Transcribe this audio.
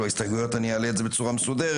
ההסתייגויות אני אעלה את זה בצורה מסודרת